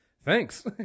thanks